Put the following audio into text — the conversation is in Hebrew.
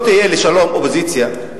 לא תהיה לשלום אופוזיציה,